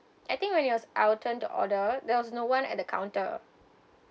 I think when it was our turn to order there was no one at the counter